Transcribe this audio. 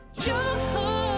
joy